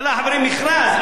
יאללה, חברים, מכרז.